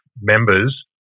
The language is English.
members